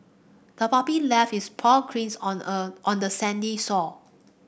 the puppy left its paw on a on the sandy shore